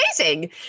amazing